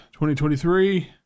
2023